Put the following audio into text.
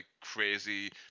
crazy